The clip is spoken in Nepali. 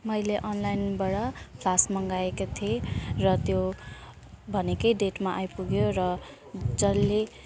मैले अनलाइनबाट फ्लाक्स मगाएको थिएँ र त्यो भनेकै डेटमा आइपुग्यो र जसले